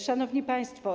Szanowni Państwo!